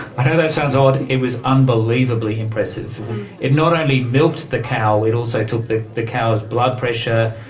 i know that sounds odd. it was unbelievably impressive it not only milked the cow, it also took the the cow's blood pressure,